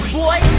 boy